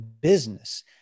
business